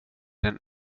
den